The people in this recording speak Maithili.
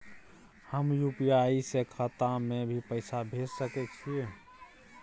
हम यु.पी.आई से खाता में भी पैसा भेज सके छियै?